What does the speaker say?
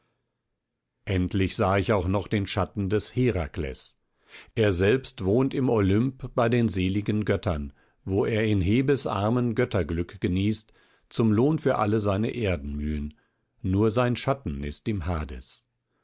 endlich sah ich auch noch den schatten des herakles er selbst wohnt im olymp bei den seligen göttern wo er in hebes armen götterglück genießt zum lohn für alle seine erdenmühen nur sein schatten ist im hades